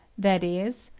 that is,